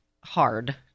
hard